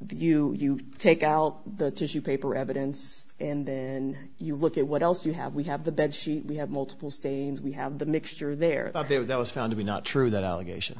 view you take out the tissue paper evidence and then you look at what else you have we have the bed sheet we have multiple stains we have the mixture there there was there was found to be not true that allegation